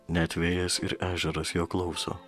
net vėjas ir ežeras jo klauso